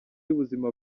y’ubuzima